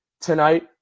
tonight